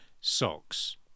socks